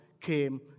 came